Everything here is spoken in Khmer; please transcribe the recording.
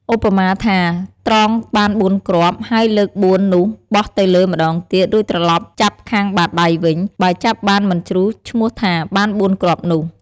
ឧបមាថា ត្រងបាន៤គ្រាប់ ហើយលើក ៤ នោះបោះទៅលើម្តងទៀត រួចត្រឡប់ចាប់ខាងបាតដៃវិញ បើចាប់បានមិនជ្រុះឈ្មោះថាបាន ៤គ្រាប់នោះ។